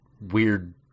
weird